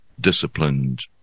disciplined